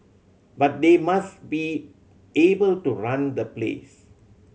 but they must be able to run the place